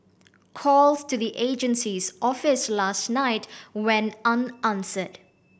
calls to the agency's office last night went unanswered